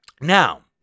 Now